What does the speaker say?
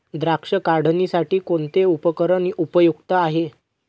द्राक्ष काढणीसाठी कोणते उपकरण उपयुक्त आहे?